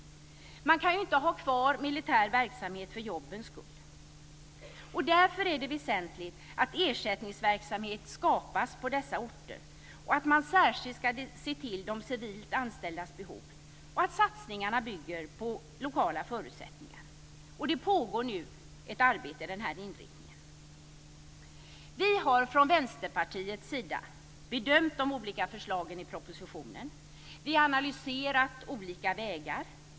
Man kan ju inte ha kvar militär verksamhet för jobbens skull. Därför är det väsentligt att ersättningsverksamhet skapas på dessa orter, att man särskilt ska se till de civilt anställdas behov och att satsningarna bygger på lokala förutsättningar. Det pågår nu ett arbete med den här inriktningen. Vi har från Vänsterpartiets sida bedömt de olika förslagen i propositionen. Vi har analyserat olika vägar.